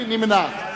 מי נמנע?